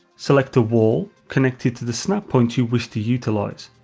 select a wall connected to the snap points you wish to utilise,